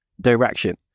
Direction